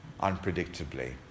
unpredictably